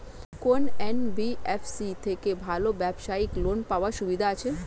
কোন এন.বি.এফ.সি থেকে ভালো ব্যবসায়িক লোন পাওয়ার সুবিধা আছে?